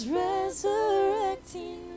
resurrecting